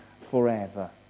forever